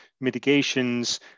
mitigations